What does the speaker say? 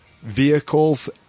Vehicles